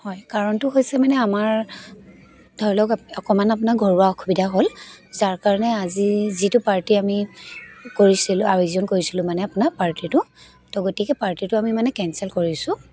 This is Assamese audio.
হয় কাৰণটো হৈছে মানে আমাৰ ধৰি লওক আপোনাৰ অকণমান ঘৰুৱা অসুবিধা হ'ল যাৰ কাৰণে আজি যিটো পাৰ্টী আমি কৰিছিলোঁ আয়োজন কৰিছিলোঁ মানে আপোনাৰ পাৰ্টীটো তো গতিকে পাৰ্টীটো মানে আমি কেঞ্চেল কৰিছোঁ